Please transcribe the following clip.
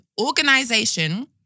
organization